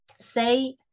say